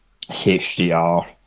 hdr